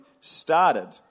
started